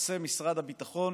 מפרסם משרד הביטחון